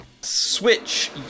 Switch